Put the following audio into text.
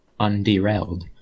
Underailed